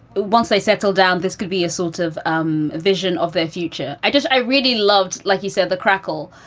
once they settle down, this could be a sort of um vision of the future. i just i really loved, like you said, the crackle.